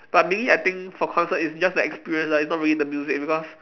but mainly I think for concert it's just the experience it's not really the music because